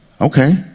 Okay